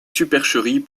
supercherie